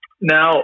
Now